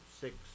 six